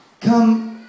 come